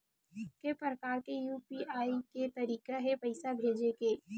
के प्रकार के यू.पी.आई के तरीका हे पईसा भेजे के?